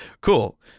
cool